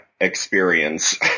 experience